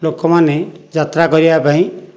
ଲୋକମାନେ ଯାତ୍ରା କରିବା ପାଇଁ